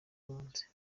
impunzi